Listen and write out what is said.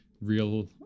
real